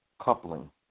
coupling